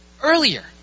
earlier